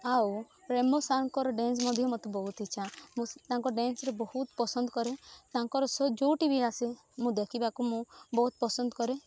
ଆଉ ରେମୋ ସାରଙ୍କର ଡ୍ୟାନ୍ସ ମଧ୍ୟ ମତେ ବହୁତ ଇଚ୍ଛା ମୁଁ ତାଙ୍କ ଡ୍ୟାନ୍ସରେ ବହୁତ ପସନ୍ଦ କରେ ତାଙ୍କର ଶୋ ଯେଉଁଠି ବି ଆସେ ମୁଁ ଦେଖିବାକୁ ମୁଁ ବହୁତ ପସନ୍ଦ କରେ